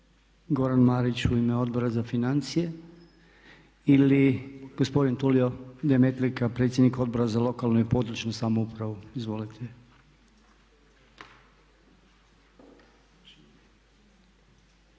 Goran Marić u ime Odbora za financije ili gospodin Tulio Demetlika predsjednik Odbora za lokalnu i područnu samoupravu? Izvolite.